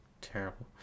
terrible